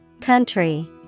Country